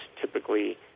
typically